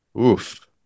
Oof